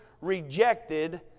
rejected